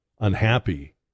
unhappy